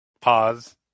Pause